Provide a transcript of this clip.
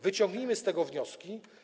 Wyciągnijmy z tego wnioski.